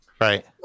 Right